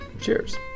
cheers